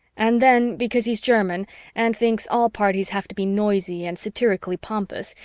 and then, because he's german and thinks all parties have to be noisy and satirically pompous,